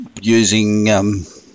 using